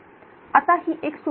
आता ही एक सोपी गोष्ट